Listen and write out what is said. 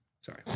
Sorry